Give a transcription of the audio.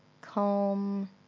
calm